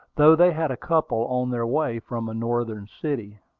though they had a couple on their way from a northern city.